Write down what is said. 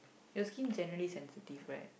your skin generally sensitive right